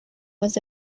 was